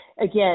again